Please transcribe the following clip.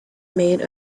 made